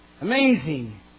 Amazing